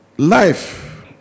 life